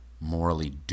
morally